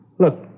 Look